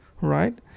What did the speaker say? right